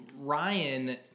Ryan